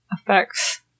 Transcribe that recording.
effects